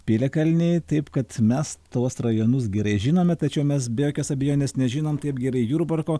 piliakalniai taip kad mes tuos rajonus gerai žinome tačiau mes be jokios abejonės nežinom taip gerai jurbarko